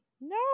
No